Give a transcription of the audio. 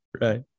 Right